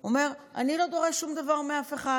הוא אומר: אני לא דורש שום דבר מאף אחד,